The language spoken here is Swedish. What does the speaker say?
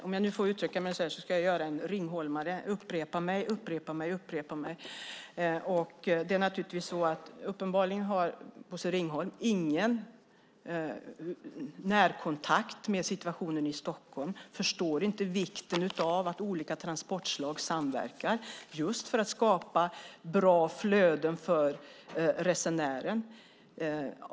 Herr talman! Jag ska nu göra en ringholmare och upprepa mig, upprepa mig och upprepa mig. Uppenbarligen har Bosse Ringholm ingen närkontakt med situationen i Stockholm och förstår inte vikten av att olika transportslag samverkar just för att skapa bra flöden för resenären.